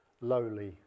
lowly